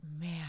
man